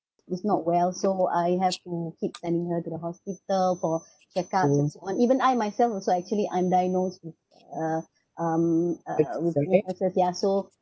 she's not well so I have to keep sending her to the hospital for check-up and so on even I myself also actually I'm diagnose with uh um uh with uh so so